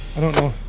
i don't know.